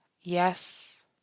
Yes